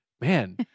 man